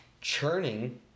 churning